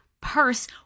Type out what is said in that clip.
purse